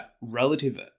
relative